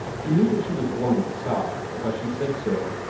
he knew that she was born in the south because she said so.